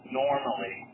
normally